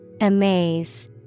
Amaze